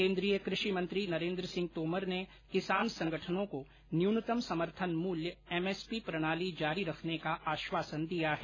केंद्रीय कृषि मंत्री नरेंद्र सिंह तोमर ने किसान संगठनों को न्यूनतम समर्थन मूल्य एमएसपी प्रणाली जारी रखने का आश्वासन दिया है